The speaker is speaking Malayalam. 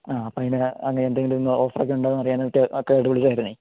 ആ അപ്പം അതിന് അങ്ങനെ എന്തേലും ഒന്ന് ഓഫർ ഒക്കെ ഉണ്ടോ എന്നറിയാൻ ആയിട്ട് ഒക്കെ ആയിട്ട് വിളിച്ചതായിരുന്നു